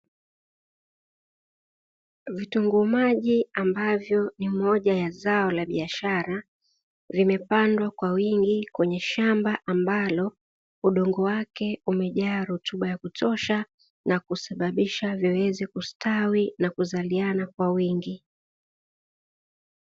Vitunguu maji ambavyo ni moja ya zao la biashara vimepandwa kwa wingi kwenye shamba ambalo udongo wake umejaa rutuba ya kutosha na kusababisha viweze kustawi na kuzaliana kwa wingi.